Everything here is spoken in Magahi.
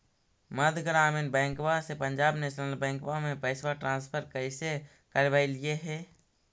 मध्य ग्रामीण बैंकवा से पंजाब नेशनल बैंकवा मे पैसवा ट्रांसफर कैसे करवैलीऐ हे?